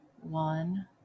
one